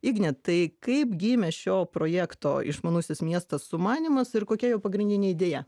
igne tai kaip gimė šio projekto išmanusis miestas sumanymas ir kokia jo pagrindinė idėja